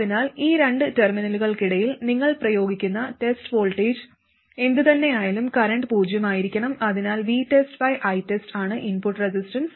അതിനാൽ ഈ രണ്ട് ടെർമിനലുകൾക്കിടയിൽ നിങ്ങൾ പ്രയോഗിക്കുന്ന ടെസ്റ്റ് വോൾട്ടേജ് എന്തുതന്നെയായാലും കറന്റ് പൂജ്യമായിരിക്കും അതിനാൽ VTEST ബൈ ITEST ആണ് ഇൻപുട്ട് റെസിസ്റ്റൻസ്